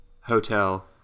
Hotel